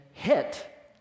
hit